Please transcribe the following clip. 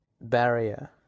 barrier